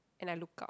and I look out